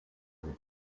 vous